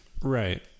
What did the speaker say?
Right